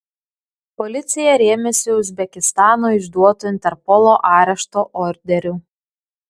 policija rėmėsi uzbekistano išduotu interpolo arešto orderiu